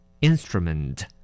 Instrument